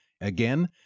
Again